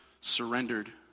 surrendered